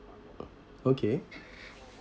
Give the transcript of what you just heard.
okay